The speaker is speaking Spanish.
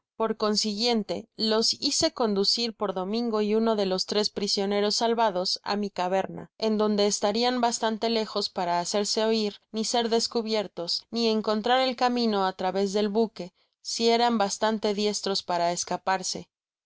por consiguiente los hice conducir por domingo y uno de los tres prisioneros salvados á mi caverna en donde estarian bastante lejos para hacerse oir ni ser descubiertos ni encontrar el camino á través del bosque si eran bastante diestros para escaparse